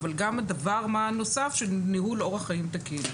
אבל גם הדבר הנוסף של ניהול אורח חיים תקין.